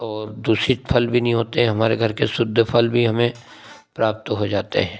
और दूषित फल भी नहीं होते हमारे घर के शुद्ध फल भी हमें प्राप्त हो जाते हैं